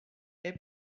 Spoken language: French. est